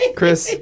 Chris